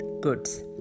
goods